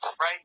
right